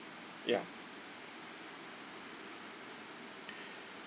ya